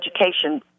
education